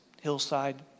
hillside